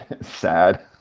sad